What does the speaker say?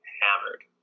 hammered